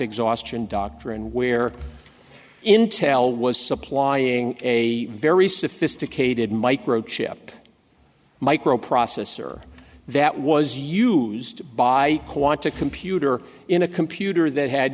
exhaustion doctor and where intel was supplying a very sophisticated micro chip microprocessor that was used by quanta computer in a computer that had